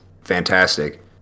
fantastic